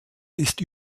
ist